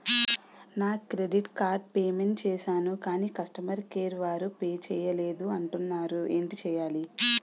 నా credit card payment చేసాను కాని కస్టమర్ కేర్ వారు పే చేయలేదు అంటున్నారు ఏంటి చేయాలి?